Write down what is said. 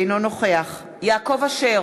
אינו נוכח יעקב אשר,